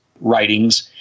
writings